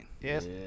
Yes